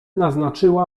naznaczyła